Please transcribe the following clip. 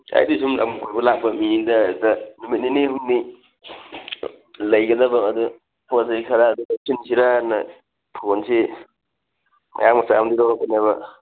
ꯑꯩꯗꯤ ꯁꯨꯝ ꯂꯝ ꯀꯣꯏꯕ ꯂꯥꯛꯄ ꯃꯤꯅꯤꯗ ꯍꯦꯛꯇ ꯅꯨꯃꯤꯠ ꯅꯤꯅꯤ ꯍꯨꯝꯅꯤ ꯂꯩꯒꯗꯕ ꯑꯗꯣ ꯄꯣꯠ ꯆꯩ ꯈꯔ ꯂꯧꯁꯤꯟꯁꯤꯔꯅ ꯐꯣꯟꯁꯤ ꯃꯌꯥꯡ ꯃꯆꯥ ꯑꯃꯗꯩ ꯂꯧꯔꯛꯄꯅꯦꯕ